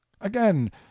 again